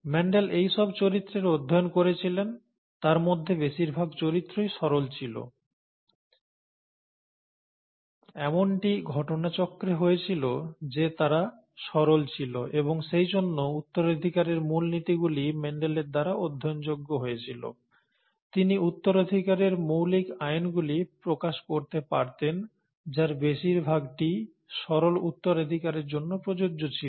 Mendel এইসব চরিত্রের অধ্যায়ন করেছিলেন তার মধ্যে বেশিরভাগ চরিত্রই সরল ছিল এমনটি ঘটনাচক্রে হয়েছিল যে তারা সরল ছিল এবং সেজন্য উত্তরাধিকারের মূলনীতিগুলি মেন্ডেলের দ্বারা অধ্যয়নযোগ্য হয়েছিল তিনি উত্তরাধিকারের মৌলিক আইনগুলি প্রকাশ করতে পারতেন যার বেশিরভাগটিই সরল উত্তরাধিকারের জন্য প্রযোজ্য ছিল